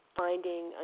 finding